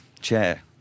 chair